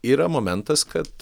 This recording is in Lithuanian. yra momentas kad